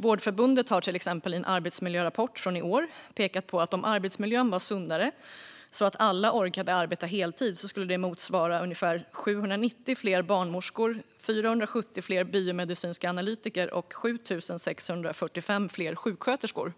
Vårdförbundet har till exempel i en arbetsmiljörapport från i år pekat på att om arbetsmiljön var sundare så att alla orkade arbeta heltid skulle det motsvara ungefär 790 fler barnmorskor, 470 fler biomedicinska analytiker och 7 645 fler sjuksköterskor.